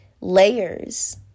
layers